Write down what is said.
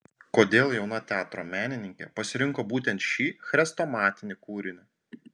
kodėl jauna teatro menininkė pasirinko būtent šį chrestomatinį kūrinį